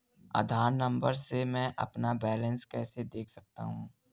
आधार number से मैं अपना बैलेंस कैसे देख सकता हूँ?